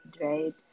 right